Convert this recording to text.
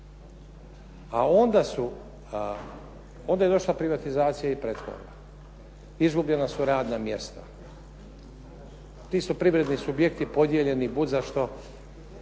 A onda je došla privatizacija i pretvorba, izgubljena su radna mjesta. Ti su privredni subjekti podijeljeni bud za što